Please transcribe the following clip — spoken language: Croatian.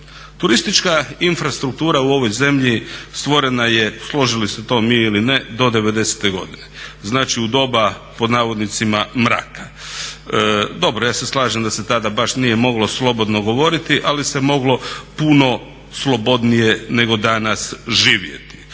Turistička infrastruktura u ovoj zemlji stvorena je, složili se to mi ili ne do '90.-te godine, znači u doba pod navodnicima "mraka". Dobro ja se slažem da se tada baš nije moglo slobodno govoriti, ali se moglo puno slobodnije nego danas živjeti.